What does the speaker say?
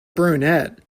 brunette